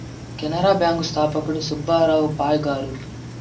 Canara bank స్థాపకుడు సుబ్బారావు పాయ్ గారు